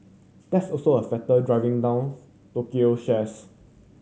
that's also a factor driving down Tokyo shares